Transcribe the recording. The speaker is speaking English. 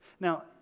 Now